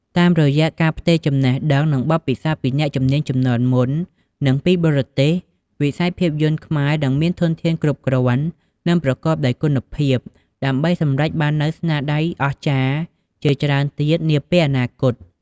តាមរយៈការផ្ទេរចំណេះដឹង និងបទពិសោធន៍ពីអ្នកជំនាញជំនាន់មុន និងពីបរទេស វិស័យភាពយន្តខ្មែរនឹងមានធនធានមនុស្សគ្រប់គ្រាន់ និងប្រកបដោយគុណភាព ដើម្បីសម្រេចបាននូវស្នាដៃអស្ចារ្យជាច្រើនទៀតនាពេលអនាគត។